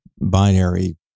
binary